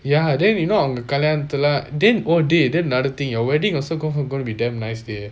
ya then you know அவங்க கல்யாணத்திலavanga kalyanathilla then oh dey then another thing your wedding also confirm gonna be damn nice dey